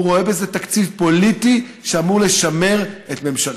הוא רואה בזה תקציב פוליטי, שאמור לשמר את ממשלתו.